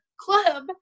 club